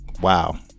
Wow